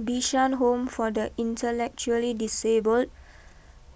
Bishan Home for the Intellectually Disabled